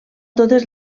totes